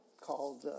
called